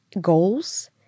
goals